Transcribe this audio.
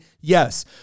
Yes